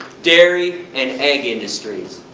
dairy and egg industries.